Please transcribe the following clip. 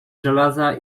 żelaza